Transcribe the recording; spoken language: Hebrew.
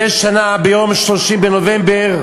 מדי שנה, ביום 30 בנובמבר,